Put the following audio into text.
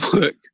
work